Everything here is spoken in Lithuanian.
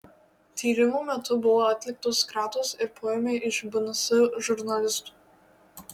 tyrimo metu buvo atliktos kratos ir poėmiai iš bns žurnalistų